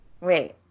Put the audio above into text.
Wait